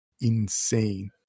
insane